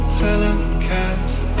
telecast